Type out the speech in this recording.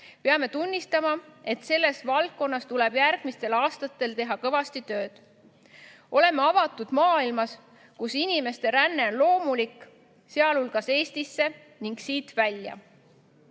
peame tunnistama, et selles valdkonnas tuleb järgmistel aastatel teha kõvasti tööd. Oleme avatud maailmas, kus inimeste ränne on loomulik, sealhulgas Eestisse ning siit välja.